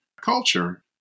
culture